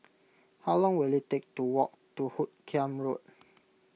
how long will it take to walk to Hoot Kiam Road